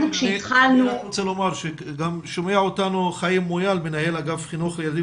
אני רוצה לומר ששומע אותנו חיים מויאל מנהל אגף חינוך לילדים